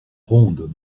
ronde